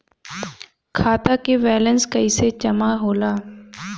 खाता के वैंलेस कइसे जमा होला?